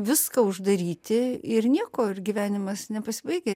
viską uždaryti ir nieko ir gyvenimas nepasibaigia